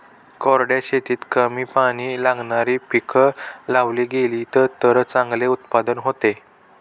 कोरड्या शेतीत कमी पाणी लागणारी पिकं लावली गेलीत तर चांगले उत्पादन होते